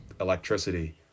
electricity